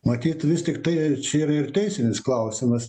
matyt vis tiktai čia yra ir teisinis klausimas